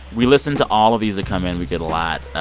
we listen to all of these that come in. we get a lot.